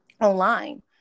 online